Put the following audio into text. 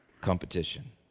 competition